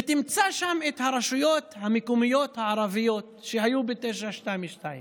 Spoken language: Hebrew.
ותמצא שם את הרשויות המקומיות הערביות שהיו ב-922,